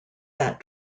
that